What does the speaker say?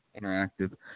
Interactive